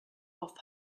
off